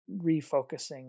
refocusing